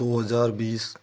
दो हज़ार बीस